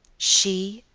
she?